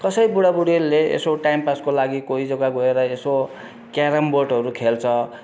कसै बुढाबुढीले यसो टाइम पासको लागि कोही जग्गा गएर यसो क्यारम बोर्डहरू खेल्छ